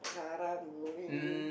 Karang-Guni